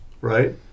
right